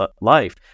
life